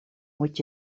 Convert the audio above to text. moet